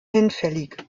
hinfällig